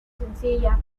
sencilla